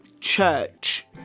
church